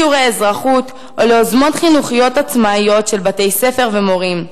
לשיעורי אזרחות וליוזמות חינוכיות עצמאיות של בתי-ספר ומורים.